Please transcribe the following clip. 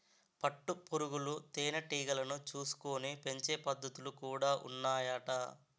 పట్టు పురుగులు తేనె టీగలను చూసుకొని పెంచే పద్ధతులు కూడా ఉన్నాయట